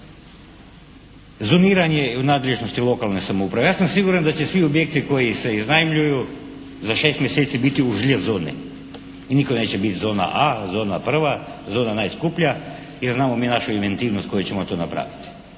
Zoniranje je u nadležnosti lokalne samouprave. Ja sam siguran da će svi objekti koji se iznajmljuju za 6 mjeseci biti u "žlj" zoni i nitko neće biti zona "a", zona prva, zona najskuplja, jer …/Govornik se ne razumije./… našu inventivnost koju ćemo to napraviti.